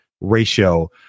ratio